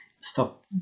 stop